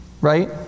right